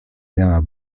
miała